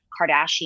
Kardashian